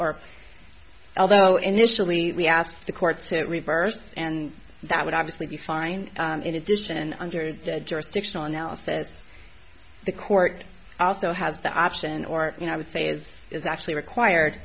or although initially we asked the court to reverse and that would obviously be fine in addition under the jurisdictional analysis the court also has the option or you know i would say is is actually required